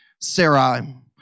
Sarah